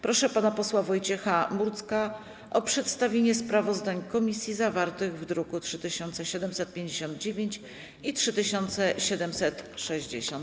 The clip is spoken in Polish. Proszę pana posła Wojciecha Murdzka o przedstawienie sprawozdań komisji zawartych w drukach nr 3759 i 3760.